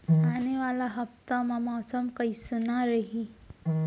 आने वाला हफ्ता मा मौसम कइसना रही?